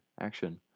Action